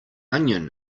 onion